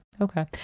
Okay